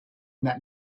that